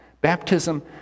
Baptism